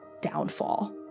downfall